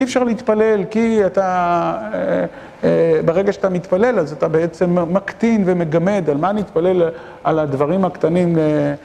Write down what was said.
אי אפשר להתפלל כי אתה ברגע שאתה מתפלל אז אתה בעצם מקטין ומגמד על מה נתפלל על הדברים הקטנים